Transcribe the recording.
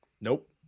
Nope